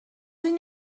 une